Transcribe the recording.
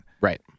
Right